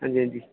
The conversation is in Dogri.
हां जी हां जी